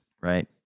right